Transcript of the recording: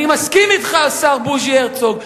אני מסכים אתך, השר בוז'י הרצוג.